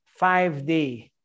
5D